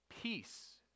Peace